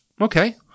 Okay